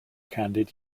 candid